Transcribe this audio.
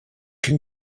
can